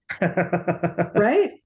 Right